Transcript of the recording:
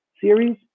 series